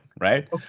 right